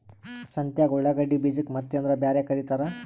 ಸಂತ್ಯಾಗ ಉಳ್ಳಾಗಡ್ಡಿ ಬೀಜಕ್ಕ ಮತ್ತೇನರ ಬ್ಯಾರೆ ಕರಿತಾರ?